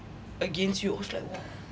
against you I was like !whoa!